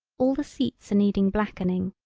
all the seats are needing blackening.